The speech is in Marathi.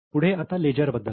पुढे आता लेजर बद्दल